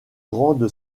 grande